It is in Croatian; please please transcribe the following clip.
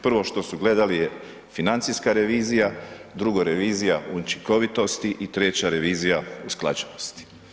Prvo što su gledali je, financijska revizija, drugo, revizija učinkovitosti i treća, revizija usklađenosti.